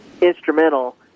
instrumental